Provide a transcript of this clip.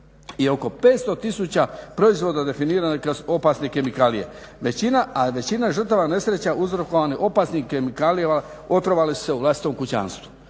I oko 500 tisuća proizvoda definirano je kao opasne kemikalije. Većina, a većina žrtava nesreća uzrokovane opasnim kemikalijama otrovale su se u vlastitom kućanstvu,